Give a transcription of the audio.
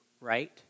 right